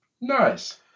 Nice